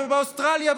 ובאוסטרליה,